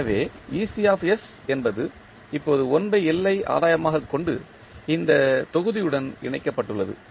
எனவே என்பது இப்போது 1L ஐ ஆதாயமாகக் கொண்டு இந்த தொகுதியுடன் இணைக்கப்பட்டுள்ளது